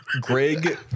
Greg